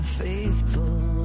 faithful